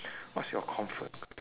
what's your comfort